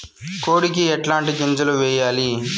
కోడికి ఎట్లాంటి గింజలు వేయాలి?